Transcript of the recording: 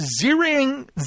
zeroing